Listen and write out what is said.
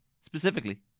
specifically